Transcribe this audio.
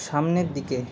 সামনের দিকে